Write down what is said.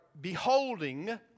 beholding